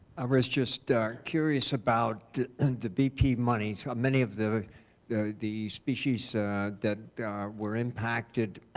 i was just curious about the bp monies. many of the the species that were impacted